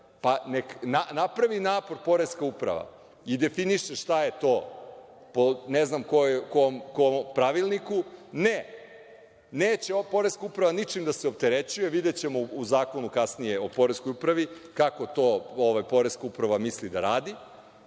neka napravi napor Poreska uprava i definiše šta je to po ne znam kom pravilniku, ne, neće Poreska uprava ničim da se opterećuje. Videćemo kasnije u Zakonu o Poreskoj upravi kako to Poreska uprava misli da radi. Vi